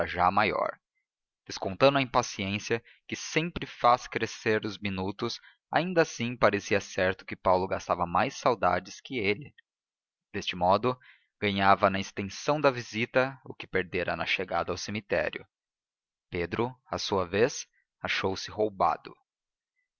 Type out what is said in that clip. já maior descontando a impaciência que sempre faz crescer os minutos ainda assim parecia certo que paulo gastava mais saudades que ele deste modo ganhava na extensão da visita o que perdera na chegada ao cemitério pedro à sua vez achou-se roubado